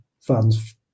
fans